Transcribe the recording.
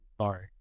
Sorry